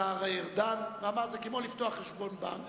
הוא אמר: זה כמו לפתוח חשבון בנק